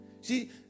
See